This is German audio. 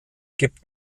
gibt